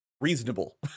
reasonable